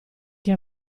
che